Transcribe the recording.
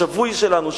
לשבוי שלנו,